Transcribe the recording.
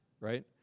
right